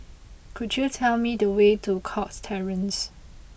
could you tell me the way to Cox Terrace